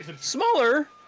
Smaller